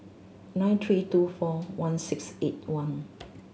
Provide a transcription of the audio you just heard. nine three two four one six eight one